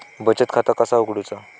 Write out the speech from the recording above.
बचत खाता कसा उघडूचा?